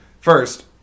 first